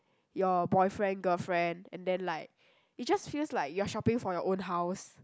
your boyfriend girlfriend and then like it just feels like you are shopping for your own house